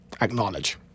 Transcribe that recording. acknowledge